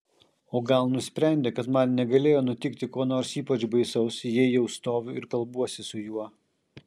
o gal nusprendė kad man negalėjo nutikti ko nors ypač baisaus jei jau stoviu ir kalbuosi su juo